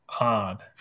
odd